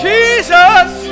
Jesus